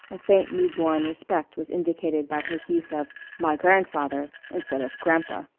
a faint newborn respect was indicated by his use of my grandfather instead of grampa.